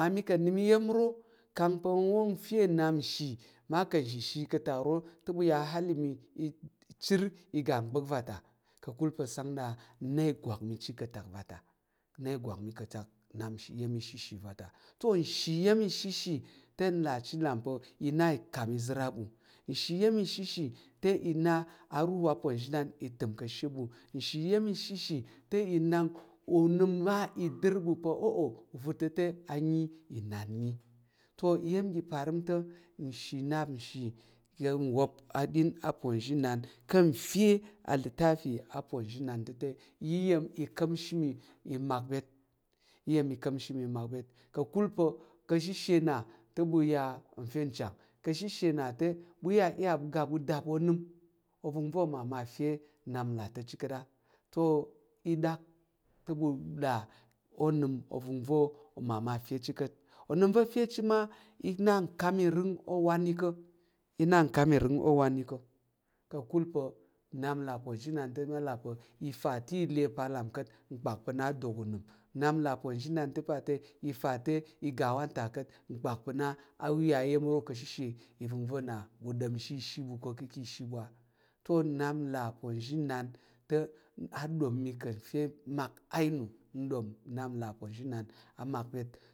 Mami ka̱ nəm iya̱m ro ka̱ pa̱ uwan ufe nnap shi ma ka̱ shishi ka̱ atak aro te, baya a halim ichər iga n vate ka̱kul pa̱ sang na igwak mi chit nna ìgwak ka̱ tak vata n na igwak mi ka̱ rak iya̱m ishishi u vata te nshi ya̱m ishi i na ika̱m izər a ɓu nshi yam ishishi i na aruhu aponzhinan i təm ka̱ she ɓu nshi iya̱m ishishi te i na u là chit va pa̱ i nal ka̱ izər aɓo nshi yak shi te i nak onəm mal dər ɓu pa̱ vato te ayi inan yi inan to iyang ngga parəm te u shi nnap nshi ka̱ nwop aɗin aponzhinan te fe iyiyin i ka̱m shi mi mak byet iyi iyam uka̱mshi mi i mak byet ka̱kul a ka̱ shishe na te ɓu ya te chang ka̱ shishe na te ɓuya iya iya ɓu ga ɓu dap onəm vəngva̱ oma shi nnap là le chit ka̱t a to i dak te ɓu là onəm va oma me fa chit ka̱t onəm va fe chit ma i na nkam irəng owan yi ka̱ ko i na nkam irəng owan yi ko ka̱kul pa̱ nnap là aponzhinan te ma là pa̱ ifa te ilà pa̱ lam kak kpak pa̱ nna adok onəm, nnap la aponzhinan ta pa̱ te ifa te iga wanta kat kpak pa̱ ma u ya iya̱m ro ka̱ she ivəngva̱ na ɓu ɗom shi ishi ɓu ko ka̱ she ɓu pa̱ nnap là aponzhinan te a ɗom mi ka̱ fe mak i na nɗom nnap là aponzhinan a mak byet.